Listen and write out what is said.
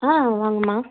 ஆ வாங்கம்மா